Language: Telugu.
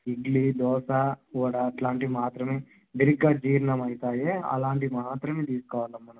ఇడ్లీ దోశ వడ అట్లాంటివి మాత్రమే తేలికగా జీర్ణం అయితాయి అలాంటివి మాత్రమే తీసుకోవాలమ్మా నువ్వు